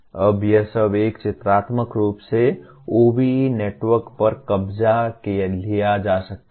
अब यह सब एक चित्रात्मक रूप में OBE नेटवर्क पर कब्जा कर लिया जा सकता है